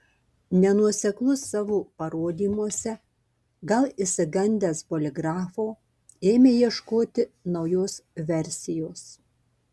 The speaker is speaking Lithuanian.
nenuoseklus savo parodymuose gal išsigandęs poligrafo ėmė ieškoti naujos versijos